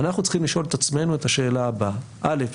ואנחנו צריכים לשאול את עצמנו את השאלה הבאה: א',